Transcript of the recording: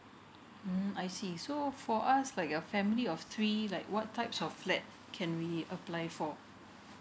mm I see so for us like a family of three like what types of flat can we apply for